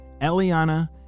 Eliana